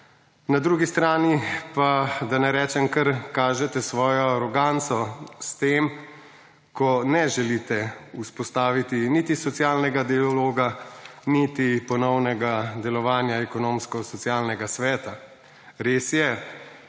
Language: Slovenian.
na drugi strani pa, da ne rečem, kar kaže svojo aroganco s tem, ko ne želite vzpostaviti niti socialnega dialoga niti ponovnega delovanja Ekonomsko-socialnega sveta. Res je,